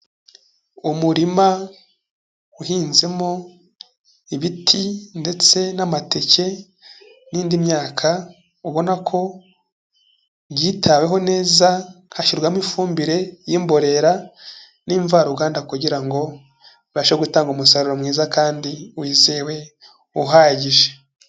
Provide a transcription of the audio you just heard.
Umurima uhinzemo ibiti ndetse n'amateke n'indi myaka ubona ko byitaweho neza hashyirwamo ifumbire y'imborera n'imvaruganda kugira ngo bibashe gutanga umusaruro mwiza kandi wizewe uhagije.